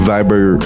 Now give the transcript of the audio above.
Viber